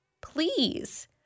please